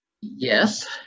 yes